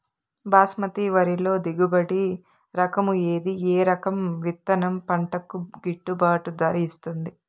బాస్మతి వరిలో దిగుబడి రకము ఏది ఏ రకము విత్తనం పంటకు గిట్టుబాటు ధర ఇస్తుంది